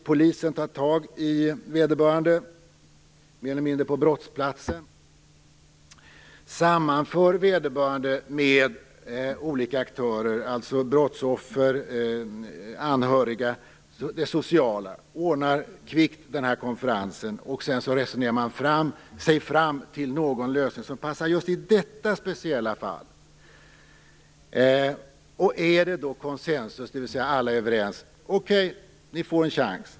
Polisen tar tag i vederbörande mer eller mindre på brottsplatsen och sammanför vederbörande med olika aktörer, dvs. brottsoffer, anhöriga och det sociala. Man ordnar denna konferens kvickt. Sedan resonerar man sig fram till en lösning som passar just i detta speciella fall. Råder det konsensus, dvs. att alla är överens, får de en chans.